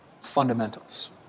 fundamentals